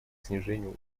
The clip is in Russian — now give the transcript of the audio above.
снижению